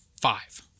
five